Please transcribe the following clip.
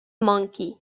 monkey